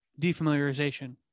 defamiliarization